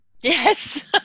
Yes